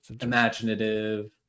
imaginative